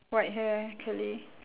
white hair curly